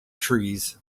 trees